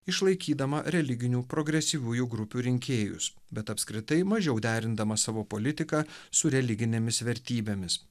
išlaikydama religinių progresyviųjų grupių rinkėjus bet apskritai mažiau derindama savo politiką su religinėmis vertybėmis